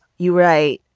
you write,